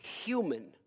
human